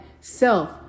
Self